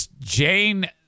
Jane